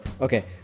Okay